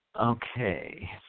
Okay